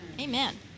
Amen